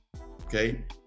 Okay